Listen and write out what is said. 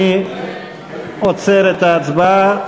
אני עוצר את ההצבעה,